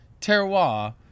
terroir